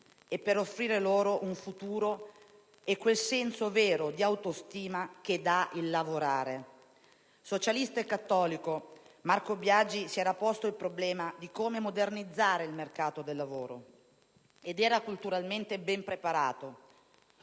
e per offrire loro un futuro e quel senso vero di autostima che dà il lavorare. Socialista e cattolico, Marco Biagi si era posto il problema di come modernizzare il mercato del lavoro ed era culturalmente ben preparato,